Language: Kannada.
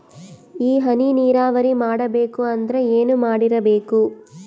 ಈ ಹನಿ ನೀರಾವರಿ ಮಾಡಬೇಕು ಅಂದ್ರ ಏನ್ ಮಾಡಿರಬೇಕು?